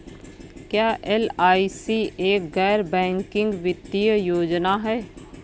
क्या एल.आई.सी एक गैर बैंकिंग वित्तीय योजना है?